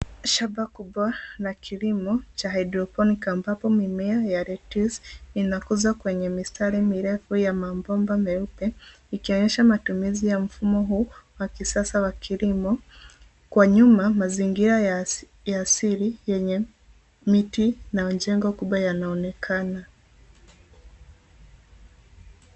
Shamba kubwa la kilimo cha hydroponic ambapo mimea ya lettuce inakuzwa kwenye mistari mirefu ya mabomba meupe ikionyesha matumizi ya mfumo huu wa kisasa wa kilimo. Kwa nyuma, mazingira ya asili yenye miti na majengo kubwa yanaonekana.